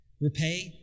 Repay